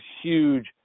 huge